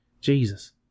Jesus